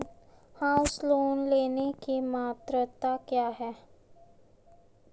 House loan लेने की पात्रता क्या है?